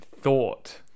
thought